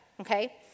Okay